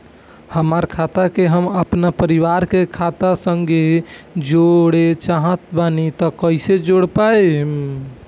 हमार खाता के हम अपना परिवार के खाता संगे जोड़े चाहत बानी त कईसे जोड़ पाएम?